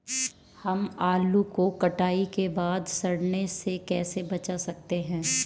हम आलू को कटाई के बाद सड़ने से कैसे बचा सकते हैं?